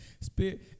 Spirit